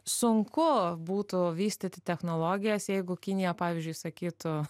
sunku būtų vystyti technologijas jeigu kinija pavyzdžiui sakytų